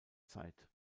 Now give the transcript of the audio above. zeit